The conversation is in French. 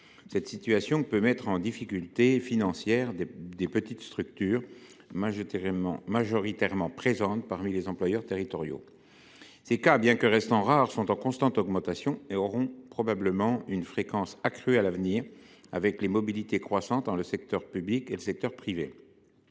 telle situation peut mettre en difficulté financière de petites structures, majoritairement présentes parmi les employeurs territoriaux. Ces cas, bien que restant rares, sont en constante augmentation et auront probablement une fréquence accrue à l’avenir, avec les mobilités croissantes entre le secteur public et privé.